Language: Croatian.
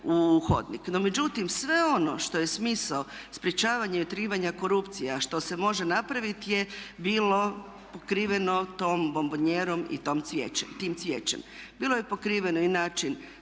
u hodnik. No međutim, sve ono što je smisao sprječavanja i otkrivanja korupcije a što se može napraviti je bilo pokriveno tom bombonijerom i tim cvijećem. Bilo je pokriveno i način